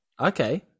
Okay